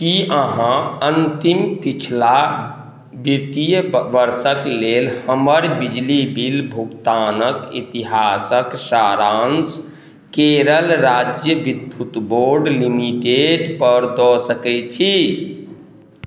कि अहाँ अन्तिम पछिला वित्तीय वर्षके लेल हमर बिजली बिल भुगतानके इतिहासके सारान्श केरल राज्य विद्युत बोर्ड लिमिटेडपर दऽ सकै छी